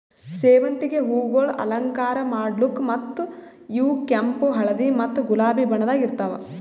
ಸೇವಂತಿಗೆ ಹೂವುಗೊಳ್ ಅಲಂಕಾರ ಮಾಡ್ಲುಕ್ ಮತ್ತ ಇವು ಕೆಂಪು, ಹಳದಿ ಮತ್ತ ಗುಲಾಬಿ ಬಣ್ಣದಾಗ್ ಇರ್ತಾವ್